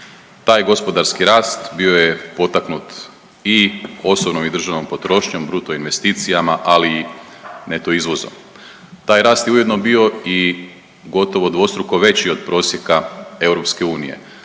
taj gospodarski rast bio je potaknut i osobnom i državnom potrošnjom bruto investicijama, ali i neto izvozom. Taj rast je ujedno bio i gotovo dvostruko veći od prosjeka EU